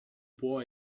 può